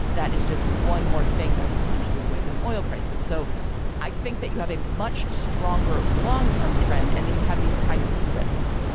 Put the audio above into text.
that is just one more thing that can potentially weigh on oil prices. so i think that you have a much stronger long term trend and then you have these kind of blips.